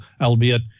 albeit